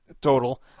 total